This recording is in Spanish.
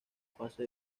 fase